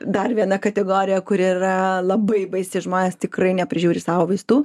dar viena kategorija kuri yra labai baisi žmonės tikrai neprižiūri savo vaistų